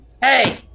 Hey